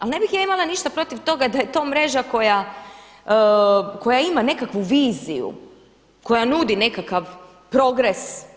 Ali ne bih ja imala ništa protiv toga da je to mreža koja ima nekakvu viziju, koja nudi nekakav progres.